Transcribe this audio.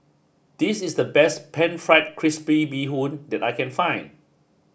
this is the best Pan Fried Crispy Bee Bee Hoon that I can find